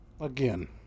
Again